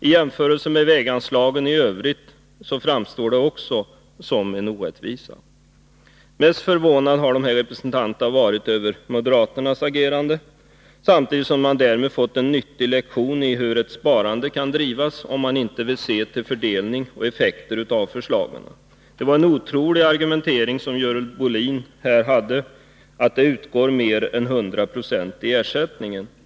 I jämförelse med väganslagen i övrigt framstår också detta som en orättvisa. Mest förvånade har dessa representanter varit över moderaternas agerande. Samtidigt har de fått en nyttig lektion i hur ett sparande kan drivas, om man inte vill se till fördelning och effekter av förslagen. Det var en otrolig argumentering som Görel Bohlin här använde sig av, när hon påstod att mer än 100 96 av kostnaderna utgår i ersättning.